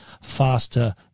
faster